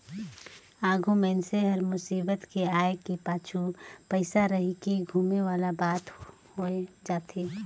आघु मइनसे हर मुसीबत के आय के पाछू पइसा रहिके धुमे वाला बात होए जाथे